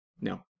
no